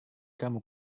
kamu